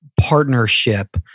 partnership